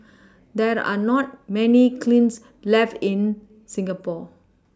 there are not many kilns left in Singapore